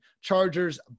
Chargers